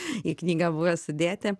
į knygą buvo sudėti